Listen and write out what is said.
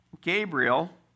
Gabriel